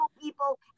people